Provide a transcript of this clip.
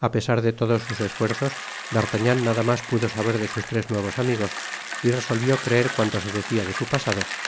a pesar de todos sus esfuerzos d'artagnan nada mas pudo saber de sus tres nuevos amigos y resolvió creer cuanto se decia de su pasado